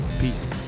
Peace